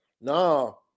no